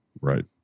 Right